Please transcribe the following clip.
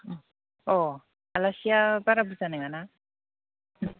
उम अह आलासिया बारा बुरजा नङा ना उम